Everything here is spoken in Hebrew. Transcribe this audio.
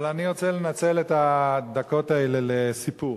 אבל אני רוצה לנצל את הדקות האלה לסיפור.